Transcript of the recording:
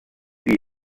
see